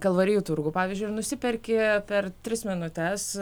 kalvarijų turgų pavyzdžiui ir nusiperki per tris minutes